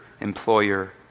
employer